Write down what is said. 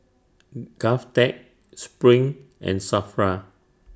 Govtech SPRING and SAFRA